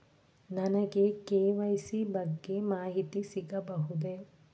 ನನಗೆ ಕೆ.ವೈ.ಸಿ ಬಗ್ಗೆ ಮಾಹಿತಿ ಸಿಗಬಹುದೇ?